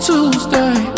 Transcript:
Tuesday